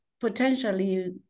potentially